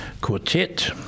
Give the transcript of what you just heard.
Quartet